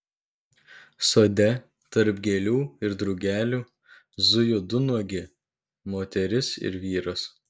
sode tarp gėlių ir drugelių zujo du nuogi moteris ir vyras